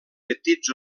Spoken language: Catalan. petits